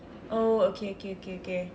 oh okay okay okay okay